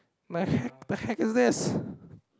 my the heck is this